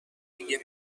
دیگه